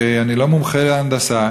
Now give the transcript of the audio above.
ואני לא מומחה להנדסה,